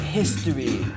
history